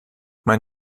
mein